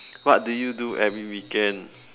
what do you do every weekend